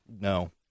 No